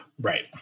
right